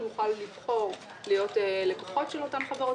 אנחנו נוכל לבחור להיות לקוחות של אותן חברות,